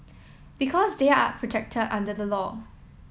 because they are protected under the law